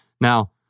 Now